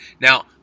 Now